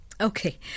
Okay